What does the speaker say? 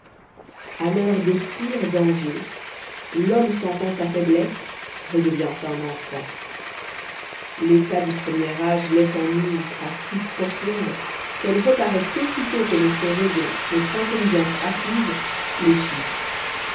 à l'heure des pires dangers l'homme sentant sa faiblesse redevient enfant l'état du premier âge laisse en nous une trace si profonde qu'elle reparaît aussitôt que notre raison notre intelligence acquises fléchissent